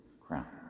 crown